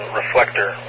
reflector